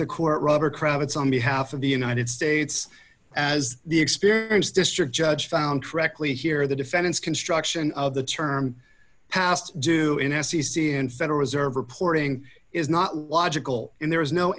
the court rubber cravats on behalf of the united states as the experience district judge found correctly here the defendants construction of the term past due in s c c and federal reserve reporting is not logical in there is no